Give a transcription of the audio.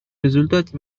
результате